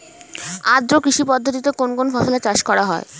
আদ্র কৃষি পদ্ধতিতে কোন কোন ফসলের চাষ করা হয়?